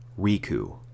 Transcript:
Riku